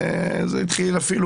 זה התחיל אפילו,